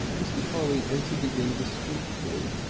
mr. polly re-entered the inn discreetly.